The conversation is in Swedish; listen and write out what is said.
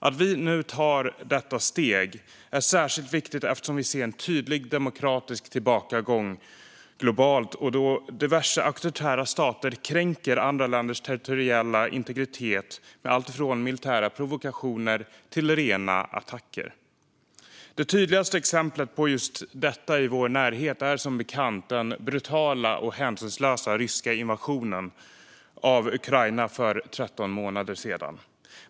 Att vi nu tar detta steg är särskilt viktigt då vi ser en tydlig demokratisk tillbakagång globalt sett, med diverse auktoritära stater som kränker andra länders territoriella integritet med alltifrån militära provokationer till rena attacker. Det tydligaste exemplet på just detta i vår närhet är som bekant den brutala och hänsynslösa ryska invasionen av Ukraina för 13 månader sedan.